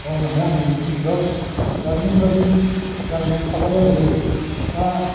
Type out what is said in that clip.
बावनो हाया आंनि गोसोआव जारिमिन बादि जानानै थाबाय आरो बेयो दा